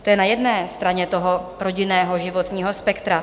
To je na jedné straně toho rodinného životního spektra.